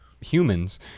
humans